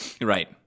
right